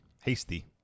Hasty